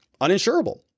uninsurable